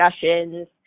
discussions